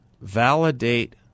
validate